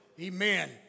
Amen